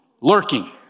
Lurking